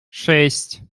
шесть